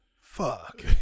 Fuck